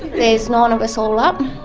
there's nine of us all up,